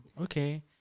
okay